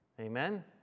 Amen